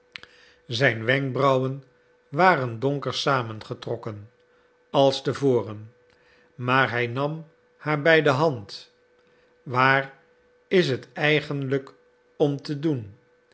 zijn wenkbrauwen waren donker samengetrokken als te voren maar hij nam haar bij de hand waar is het eigenlijk om te doen